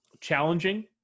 Challenging